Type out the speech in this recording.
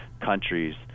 countries